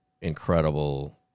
incredible